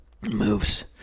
moves